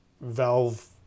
valve